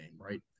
right